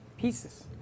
Pieces